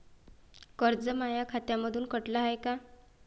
कर्ज माया खात्यामंधून कटलं हाय का?